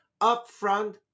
upfront